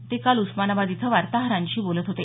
ते काल उस्मानाबाद इथं वार्ताहरांशी बोलत होते